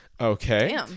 Okay